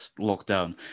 lockdown